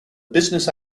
business